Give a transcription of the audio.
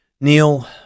Neil